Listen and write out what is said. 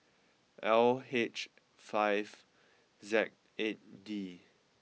L H five Z eight D